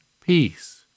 peace